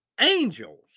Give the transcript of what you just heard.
Angels